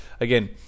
again